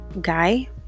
guy